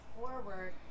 forward